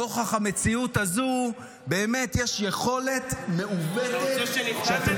נוכח המציאות הזו באמת יש יכולת מעוותת שבה אתם